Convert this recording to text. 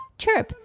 chirp